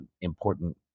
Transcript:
important